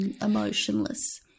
emotionless